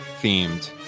themed